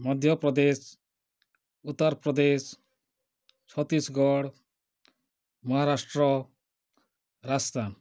Madhya Pradesh Uttar Pradesh Chhattisgarh Maharashtra Rajasthan